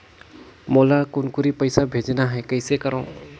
मोला कुनकुरी पइसा भेजना हैं, कइसे करो?